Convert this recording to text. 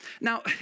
Now